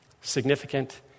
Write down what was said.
significant